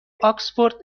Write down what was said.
آکسفورد